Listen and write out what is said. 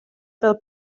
fel